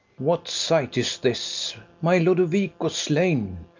what sight is this! my lodovico slain!